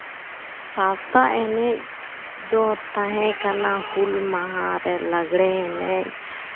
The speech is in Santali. ᱥᱟᱶᱛᱟ ᱮᱱᱮᱡ ᱫᱚ ᱛᱟᱦᱮᱸ ᱠᱟᱱᱟ ᱦᱩᱞ ᱢᱟᱦᱟᱨᱮ ᱞᱟᱜᱽᱲᱮ ᱮᱱᱮᱡ